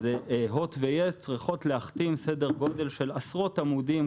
אז הוט ויס צריכות להחתים עשרות עמודים,